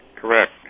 correct